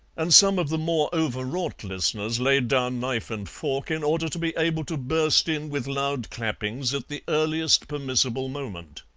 and some of the more overwrought listeners laid down knife and fork in order to be able to burst in with loud clappings at the earliest permissible moment.